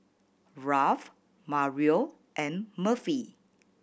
Ralph Mario and Murphy